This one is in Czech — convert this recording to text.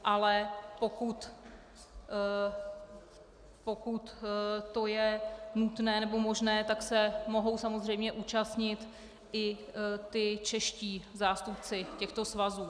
Ale pokud to je nutné, nebo možné, tak se mohou samozřejmě účastnit i ti čeští zástupci těchto svazů.